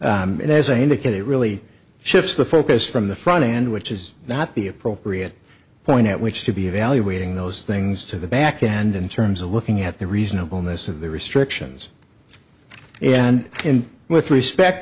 and as i indicated it really shifts the focus from the front end which is not the appropriate point at which to be evaluating those things to the back and in terms of looking at the reasonableness of the restrictions and with respect